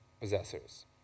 possessors